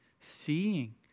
seeing